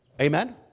Amen